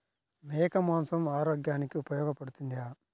మేక మాంసం ఆరోగ్యానికి ఉపయోగపడుతుందా?